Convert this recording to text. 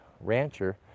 rancher